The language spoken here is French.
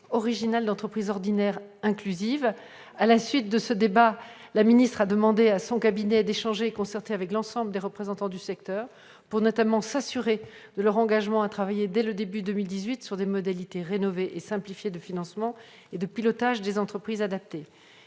original d'entreprises ordinaires inclusives. À la suite de ce débat, Mme la ministre du travail a demandé à son cabinet d'échanger et de se concerter avec l'ensemble des représentants du secteur, notamment pour s'assurer de leur engagement à travailler dès le début de 2018 sur des modalités rénovées et simplifiées de financement et de pilotage des entreprises adaptées.